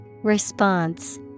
Response